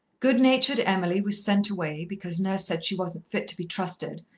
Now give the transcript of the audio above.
good-natured emily was sent away, because nurse said she wasn't fit to be trusted,